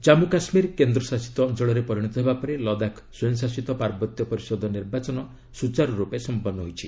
ଜାମ୍ମୁ କାଶ୍ମୀର କେନ୍ଦ୍ରଶାସିତ ଅଞ୍ଚଳରେ ପରିଣତ ହେବା ପରେ ଲଦାଖ ସ୍ୱୟଂ ଶାସିତ ପାର୍ବତ୍ୟ ପରିଷଦ ନିର୍ବାଚନ ସୁଚାରୁ ରୂପେ ସମ୍ପନ୍ନ ହୋଇଛି